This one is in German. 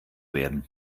werden